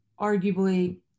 arguably